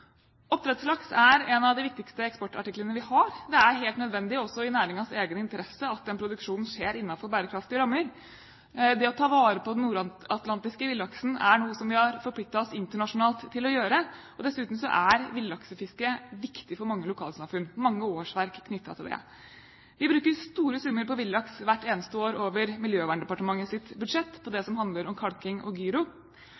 er helt nødvendig, og også i næringens egen interesse at den produksjonen skjer innenfor bærekraftige rammer. Det å ta vare på den nordatlantiske villaksen er noe vi har forpliktet oss internasjonalt til å gjøre. Dessuten er villaksfisket viktig for mange lokalsamfunn. Mange årsverk er knyttet til det. Vi bruker store summer på villaks hvert eneste år over Miljøverndepartementets budsjett på det